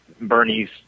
Bernie's